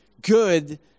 good